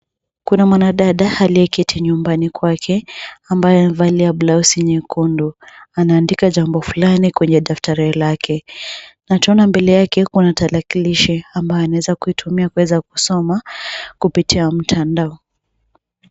Kuna mwanadada aliyeketi nyumbani kwake ambaye amevalia blauzi nyekundu. Anaandika jambo fulani kwenye daftari lake na tunaona mbele yake kuna tarakilishi ambayo anaeza kitumia kuweza kusoma kupitia mtandao.